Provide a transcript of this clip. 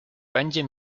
będzie